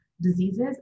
diseases